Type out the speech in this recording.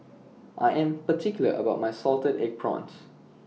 I Am particular about My Salted Egg Prawns